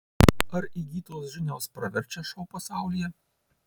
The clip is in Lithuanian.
ar įgytos žinios praverčia šou pasaulyje